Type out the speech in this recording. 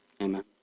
Amen